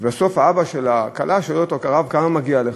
ובסוף האבא של הכלה שואל את הרב: כמה מגיע לך?